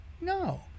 No